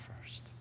first